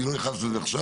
אני לא נכנס לזה עכשיו,